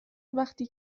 وقتی